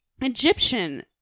Egyptian